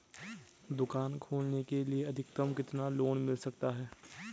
दुकान खोलने के लिए अधिकतम कितना लोन मिल सकता है?